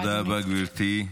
תודה רבה, גברתי.